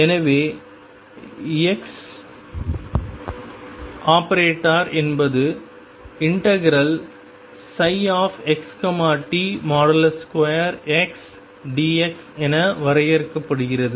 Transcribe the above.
எனவே ⟨x⟩ என்பது ∫xt2 x dx என வரையறுக்கப்படுகிறது